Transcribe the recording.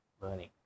learning